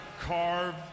carve